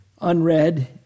unread